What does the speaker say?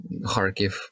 Kharkiv